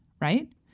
right